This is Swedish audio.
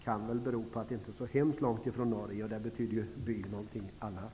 Det kan bero på att det inte är så hemskt långt till Norge, och där betyder ju by någonting annat.